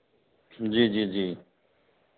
जी जी जी